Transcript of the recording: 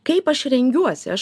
kaip aš rengiuosi aš